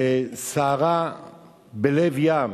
מתוך סערה בלב ים,